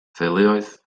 theuluoedd